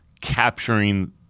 capturing